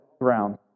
ground